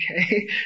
Okay